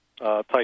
type